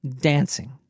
Dancing